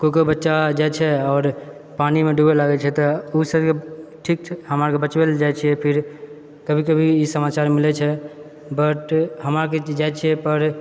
कोइ कोइ बच्चा जाइत छै आओर पानीमे डुबै लागैत छै तऽ ओ सभके ठीक छै हमरा आर के बचबै लऽ जाइत छियै फिर कभी कभी ई समाचार मिलैत छै बट हमार आरके जाइत छियै पर